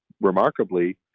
remarkably